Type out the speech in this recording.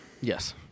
Yes